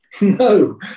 no